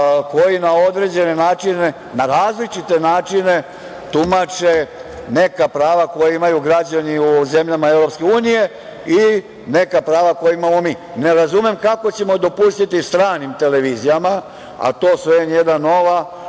koji na određene načine, na različite načine tumače neka prava koja imaju građani u zemljama Evropske unije i neka prava koja imamo mi. Ne razumem kako ćemo dopustiti stranim televizijama, a to su „N1“, „Nova“,